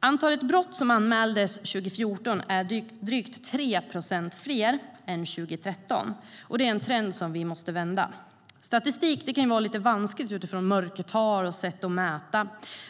Antalet brott som anmäldes 2014 är drygt 3 procent fler än 2013, och det är en trend vi måste vända. Statistik kan ju vara lite vanskligt utifrån mörkertal och sätt att mäta.